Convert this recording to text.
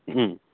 ও